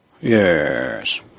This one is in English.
Yes